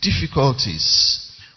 difficulties